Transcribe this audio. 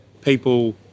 people